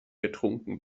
getrunken